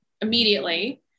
immediately